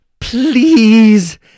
Please